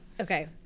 Okay